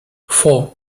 four